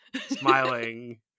smiling